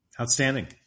Outstanding